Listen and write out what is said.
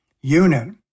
unit